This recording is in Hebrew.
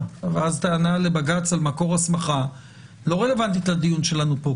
ואז טענה לבג"ץ על מקור הסמכה לא רלוונטית לדיון שלנו פה,